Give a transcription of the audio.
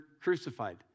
crucified